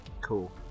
Cool